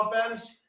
offense